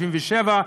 67,